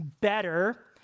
better